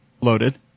loaded